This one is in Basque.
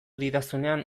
didazunean